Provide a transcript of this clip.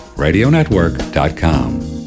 radionetwork.com